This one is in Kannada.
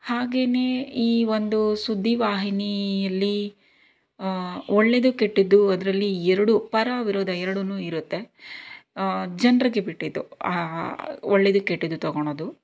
ಹಾಗೆಯೇ ಈ ಒಂದು ಸುದ್ದಿವಾಹಿನಿಯಲ್ಲಿ ಒಳ್ಳೆಯದು ಕೆಟ್ಟದ್ದು ಅದರಲ್ಲಿ ಎರಡೂ ಪರ ವಿರೋಧ ಎರ್ಡು ಇರುತ್ತೆ ಜನರಿಗೆ ಬಿಟ್ಟಿದ್ದು ಒಳ್ಳೆಯದು ಕೆಟ್ಟದ್ದು ತಗೊಳೋದು